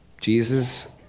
Jesus